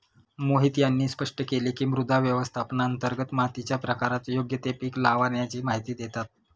मोहित यांनी स्पष्ट केले की, मृदा व्यवस्थापनांतर्गत मातीच्या प्रकारात योग्य ते पीक लावाण्याची माहिती देतात